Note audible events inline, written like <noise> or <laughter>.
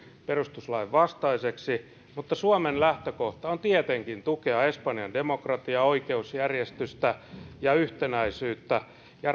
perustuslain vastaiseksi mutta suomen lähtökohta on tietenkin tukea espanjan demokratiaa oikeusjärjestystä ja yhtenäisyyttä ja <unintelligible>